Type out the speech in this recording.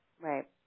Right